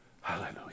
hallelujah